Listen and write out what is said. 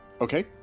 Okay